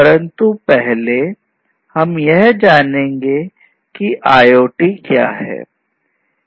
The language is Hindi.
परंतु पहले हम यह जाने की IoT क्या है